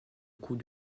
coût